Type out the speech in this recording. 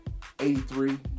83